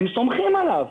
הם סומכים עליו,